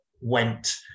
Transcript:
went